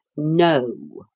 no!